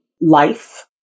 life